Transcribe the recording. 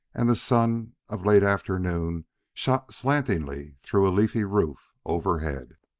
and the sun of late afternoon shot slantingly through a leafy roof overhead.